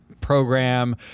program